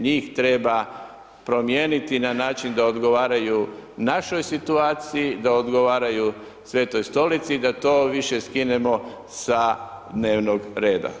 Njih treba promijeniti na način da odgovaraju našoj situaciji, da odgovaraju Svetoj Stolici i da to više skinemo sa dnevnog reda.